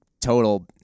total